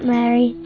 Mary